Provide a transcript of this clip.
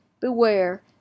Beware